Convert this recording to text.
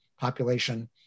population